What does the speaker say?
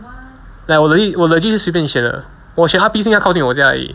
like 我 legit 我 legit 随便选的我选 R_P 是因为它靠近我家而已